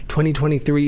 2023